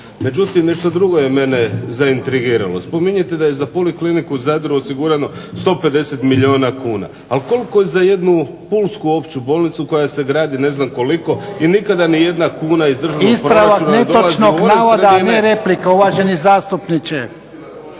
Međutim, nešto drugo je mene zaintrigiralo. Spominjete da je za polikliniku u Zadru osigurano 150 milijuna kuna. Ali koliko je za jednu pulsku opću bolnicu koja se gradi ne znam koliko i nikada ni jedna kuna iz državnog proračuna ne dolazi u ove sredine. **Jarnjak, Ivan (HDZ)** Ovo je ispravak netočnog navoda, a ne replika uvaženi zastupniče.